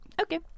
Okay